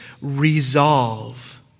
resolve